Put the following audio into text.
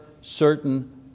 certain